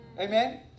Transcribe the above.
Amen